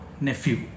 nephew